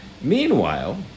Meanwhile